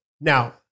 now